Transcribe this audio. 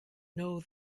know